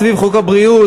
סביב חוק הבריאות,